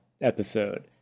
episode